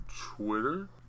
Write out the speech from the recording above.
Twitter